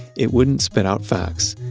it wouldn't spit out facts,